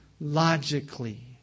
logically